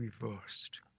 reversed